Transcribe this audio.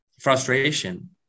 frustration